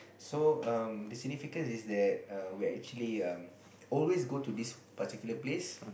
so um the significance is that err we actually um always go to this particular place